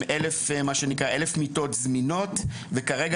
עם מה שנקרא 1,000 מיטות זמינות וכרגע